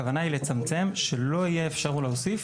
הכוונה היא לצמצם שלא תהיה אפשרות להוסיף